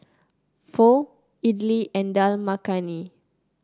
Pho Idili and Dal Makhani